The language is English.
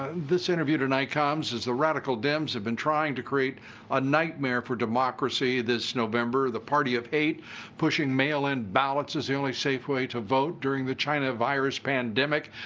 this interview tonight comes as the radical dems have been trying to create a a nightmare for democracy this november. the party of hate pushing mail-in ballots as the only safe way to vote during the china virus pandemic.